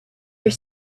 your